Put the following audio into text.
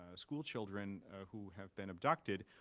schoolchildren who have been abducted.